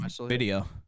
video